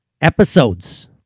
episodes